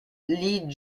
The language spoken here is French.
lee